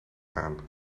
aan